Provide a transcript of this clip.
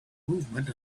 movement